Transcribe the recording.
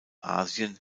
asien